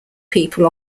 people